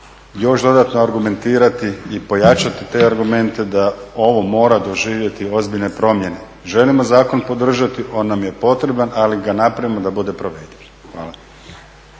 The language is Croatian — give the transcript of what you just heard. još dodatno argumentirati i pojačati te argumente da ovo mora doživjeti ozbiljne promjene. Želimo zakon podržati, on nam je potreban ali ga napravimo da bude provediv. Hvala.